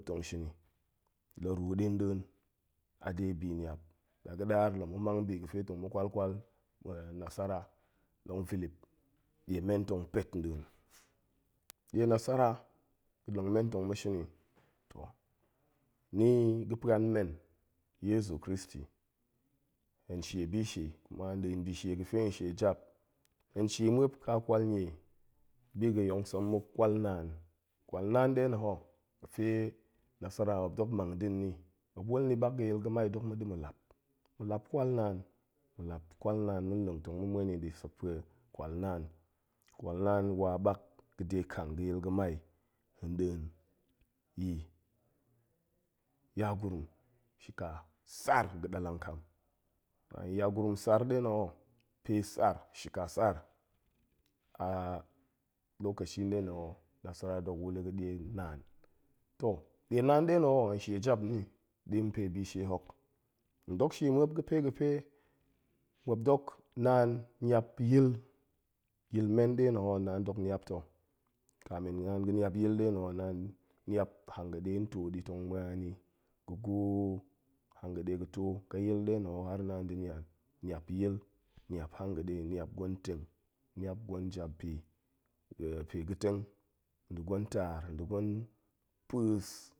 Tong shini, la ruu ɗi nḏin, a ɗe bi niap, ɗaga̱daar la ma̱ mang bi ga̱fe tong ma̱ kwalkwal nasara, long vilip, ɗie men tong pet nɗin, ɗie nasara ga̱ leng men tong ma̱ shin i, toh, ni ga̱ puan men yezu kristi, hen shie bi shie, kuma nɗin bishie ga̱fe hen shie jap, hen shie muop ƙa kwal nie bi ga̱ yong sem muk, kwal naan, kwal naan nɗe na̱ ho ga̱fe nasara muop dok mang da̱ nni, muop wul ni ɓak ga̱yil ga̱mai dok ma̱ da̱ ma̱ lap, ma̱ lap kwal naan ma̱ lap kwal naan ma̱n leng tong ma̱ muen ni ɗi sekpue kwalnan kwalnaan wa ɓak ga̱dekang ga̱yil ga̱mai ndin yi yagurum shika sar ga̱ ɗalang kam ya yagurum sar nɗe na̱ ho, pe sar shika sar, a lokashi nɗe na̱ ho, nasara dok wul i ga̱ ɗie naan, toh, nie naan nɗe na̱ ho, hen shie jap ni ɗi npe bi shie hok, hen dok shie muop ga̱ pe ga̱pe muop dok naan niap yil, yil men nɗe na̱ ho, a naan dok niap to, kamin naan ga̱ niap yil nɗe na̱ ho naan niap hanga̱ɗe n to ɗi tong muan ni ga̱ gwoo, hanga̱ɗe ga̱ to ƙa yil nɗe na̱ ho har naan da̱ niang, niap yil, niap hanga̱ɗe, niap gwen teng, niap gwen jap bi pue pe ga̱teng, nɗa̱ gwen taar nda̱ gwen pa̱a̱s